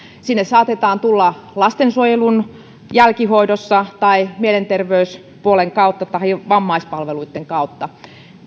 sinne saatetaan tulla lastensuojelun jälkihoidossa tai mielenterveyspuolen kautta tai vammaispalveluitten kautta